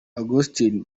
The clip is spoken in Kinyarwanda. augustin